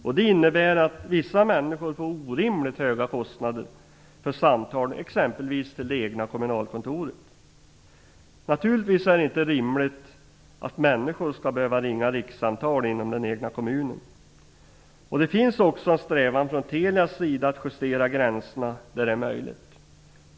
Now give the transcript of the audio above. Det innebär att vissa människor får orimligt höga kostnader för samtal exempelvis till det egna kommunalkontoret. Naturligtvis är det inte rimligt att människor skall behöva ringa rikssamtal inom den egna kommunen. Det finns också en strävan från Telias sida att justera gränserna där det är möjligt.